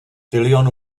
tilion